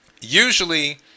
Usually